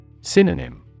Synonym